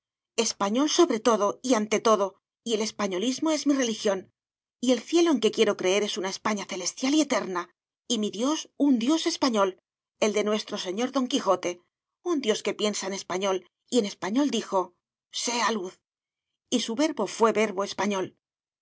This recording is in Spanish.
español sobre todo y ante todo y el españolismo es mi religión y el cielo en que quiero creer es una españa celestial y eterna y mi dios un dios español el de nuestro señor don quijote un dios que piensa en español y en español dijo sea luz y su verbo fué verbo español